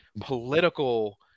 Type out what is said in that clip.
political